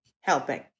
helping